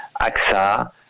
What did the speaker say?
AXA